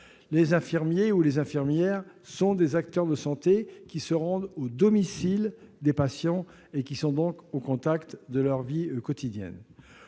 zones rurales. Les infirmiers sont des acteurs de santé qui se rendent au domicile des patients et sont donc au contact de leur vie quotidienne.